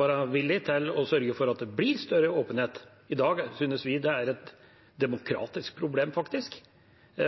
være villig til å sørge for at det blir større åpenhet? I dag synes vi det er et demokratisk problem, faktisk,